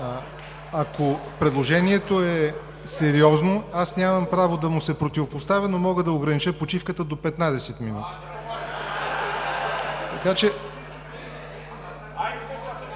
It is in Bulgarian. Ако предложението е сериозно, аз нямам право да му се противопоставя, но мога да огранича почивката до 15 минути. (Смях.)